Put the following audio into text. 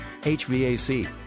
HVAC